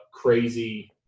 crazy